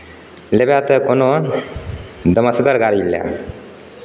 लेबै तऽ कोनो दमसगर गाड़ी लह